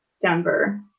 Denver